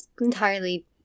entirely